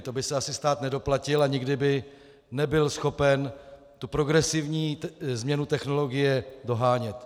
To by se asi stát nedoplatil a nikdy by nebyl schopen progresivní změnu technologie dohánět.